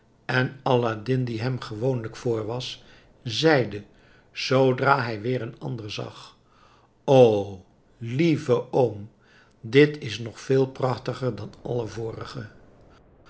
en aladdin die hem gewoonlijk vr was zeide zoodra hij weer een ander zag oh lieve oom dit is nog veel prachtiger dan alle vorige